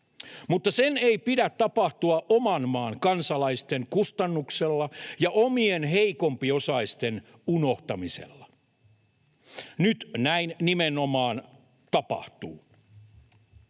mutta sen ei pidä tapahtua oman maan kansalaisten kustannuksella ja omien heikompiosaisten unohtamisella. Nyt näin nimenomaan tapahtuu.